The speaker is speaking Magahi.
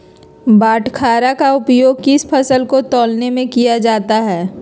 बाटखरा का उपयोग किस फसल को तौलने में किया जाता है?